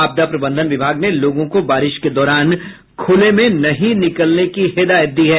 आपदा प्रबंधन विभाग ने लोगों को बारिश के दौरान खुले में नहीं निकलने की हिदायत दी है